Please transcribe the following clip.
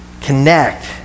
connect